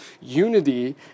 unity